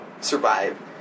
survive